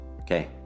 Okay